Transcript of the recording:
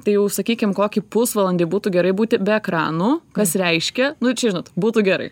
tai jau sakykim kokį pusvalandį būtų gerai būti be ekranų kas reiškia nu čia žinot būtų gerai